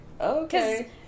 okay